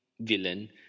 villain